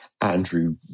Andrew